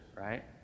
right